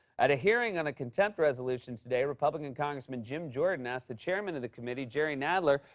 at a hearing on a contempt resolution today, republican congressman jim jordan asked the chairman of the committee, jerry nadler,